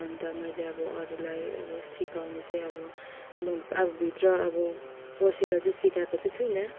अन्त मैले अब अरूलाई अब सिकाउनु चाहिँ अब म अब भित्र अब पोसेर चाहिँ सिकाएको चाहिँ छुइनँ